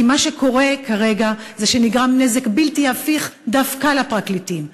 כי מה שקורה כרגע זה שנגרם נזק בלתי הפיך דווקא לפרקליטים,